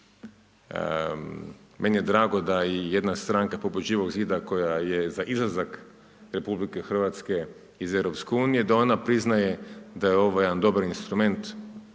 meni je drago da je jedna stranka poput Živog zida koja je za izlazak RH iz EU, da ona priznaje da je ovo jedan dobar instrument